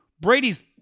Brady's